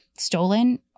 stolen